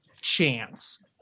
chance